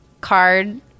card